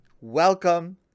Welcome